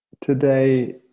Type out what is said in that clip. Today